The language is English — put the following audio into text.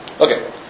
Okay